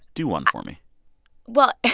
do one for me well,